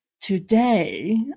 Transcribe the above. Today